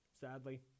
Sadly